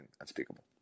Unspeakable